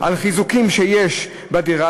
חיזוקים שיש בדירה,